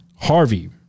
harvey